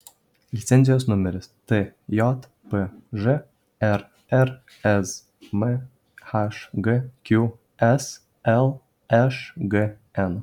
licenzijos numeris tjpž rrzm hgqs lšgn